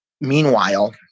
meanwhile